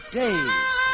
days